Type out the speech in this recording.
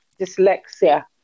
dyslexia